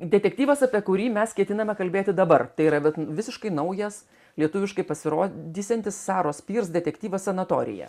detektyvas apie kurį mes ketiname kalbėti dabar tai yra vat visiškai naujas lietuviškai pasirodysiantis saros pirs detektyvas sanatorija